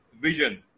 vision